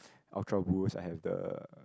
Ultra boost I have the